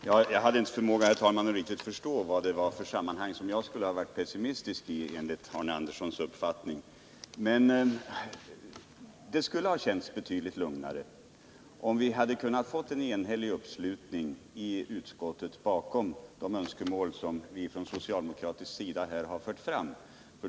Herr talman! Jag hade inte förmåga att riktigt förstå vad det var för sammanhang som jag skulle ha varit pessimistisk i enligt Arne Anderssons uppfattning. Det skulle ha känts betydligt lugnare om vi hade fått en enhällig uppslutning i utskottet bakom de önskemål som vi från socialdemokratisk sida här fört fram.